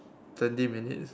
twenty minutes